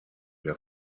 der